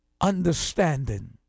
understanding